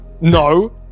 No